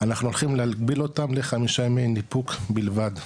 אנחנו הולכים להגביל אותם לחמישה ימים ניפוק בלבד,